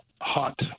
hot